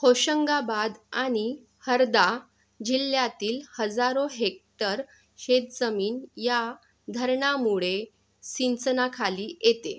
होशंगाबाद आणि हरदा जिल्ह्यातील हजारो हेक्टर शेतजमीन या धरणामुळे सिंचनाखाली येते